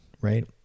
right